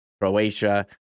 Croatia